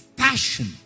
passion